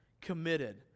committed